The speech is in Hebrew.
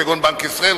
כגון בנק ישראל,